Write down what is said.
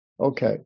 Okay